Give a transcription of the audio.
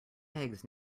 eggs